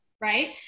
right